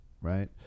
right